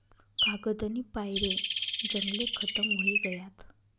कागदनी पायरे जंगले खतम व्हयी गयात